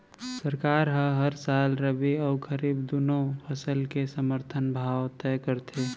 सरकार ह हर साल रबि अउ खरीफ दूनो फसल के समरथन भाव तय करथे